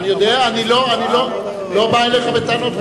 אני יודע, אני לא בא אליך בטענות.